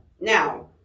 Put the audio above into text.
now